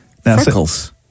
Freckles